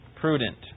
prudent